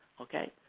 Okay